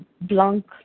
Blank